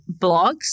blogs